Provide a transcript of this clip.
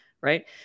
right